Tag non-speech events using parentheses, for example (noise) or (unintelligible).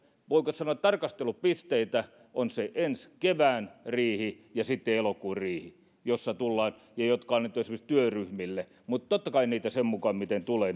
voiko sanoa tarkastelupisteitä ovat ensi kevään riihi ja sitten elokuun riihi jotka on annettu esimerkiksi työryhmille mutta totta kai niitä sen mukaan miten tulee (unintelligible)